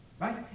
right